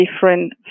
different